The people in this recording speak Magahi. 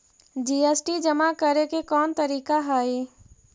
जी.एस.टी जमा करे के कौन तरीका हई